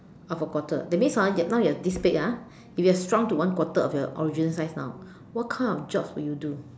of a quarter that means hor now you are this big ah if you are shrunk to one quarter of your original size now what kind of jobs would you do